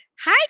Hi